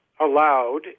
allowed